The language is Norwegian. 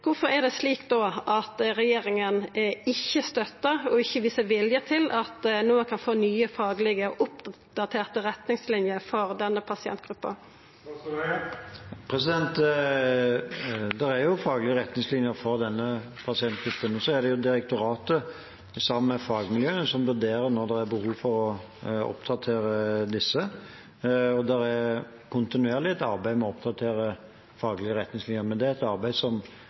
er det då slik at regjeringa ikkje støttar og ikkje viser vilje til at ein no kan få nye faglege, oppdaterte retningsliner for denne pasientgruppa? Det er faglige retningslinjer for denne pasientgruppen, og det er direktoratet, sammen med fagmiljøene, som vurderer når det er behov for å oppdatere disse. Det er kontinuerlig et arbeid med å oppdatere de faglige retningslinjene, men det er et arbeid